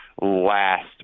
last